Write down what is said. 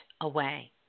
away